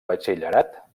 batxillerat